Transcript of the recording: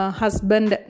Husband